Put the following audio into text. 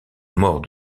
mort